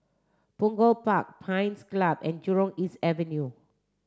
Punggol Park Pines Club and Jurong East Avenue